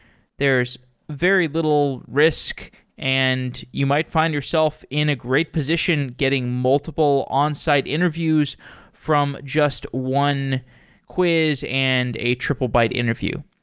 there's very little risk and you might find yourself in a great position getting multiple onsite interviews from just one quiz and a triplebyte interview.